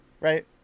right